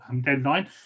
deadline